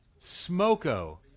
Smoko